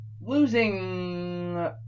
losing